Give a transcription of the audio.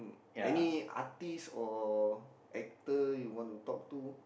any artist or actor you want to talk to